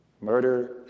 murder